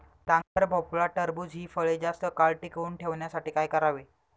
डांगर, भोपळा, टरबूज हि फळे जास्त काळ टिकवून ठेवण्यासाठी काय करावे?